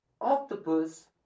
octopus